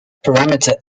parameter